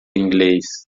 inglês